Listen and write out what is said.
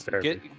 get